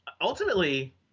ultimately